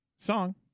song